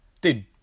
Dude